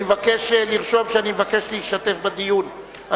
אני מבקש לרשום שאני מבקש להשתתף בדיון,